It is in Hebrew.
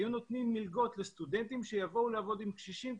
שהיו נותנים מלגות לסטודנטים שיבואו לעבוד עם קשישים,